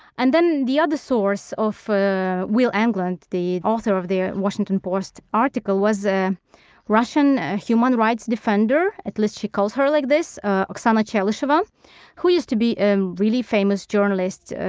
and then the other source of will englund, the author of the washington post article, was a russian human rights defender. at least he calls her like this oksana chelysheva who used to be a really famous journalist,